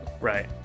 right